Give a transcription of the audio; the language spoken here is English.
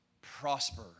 prosper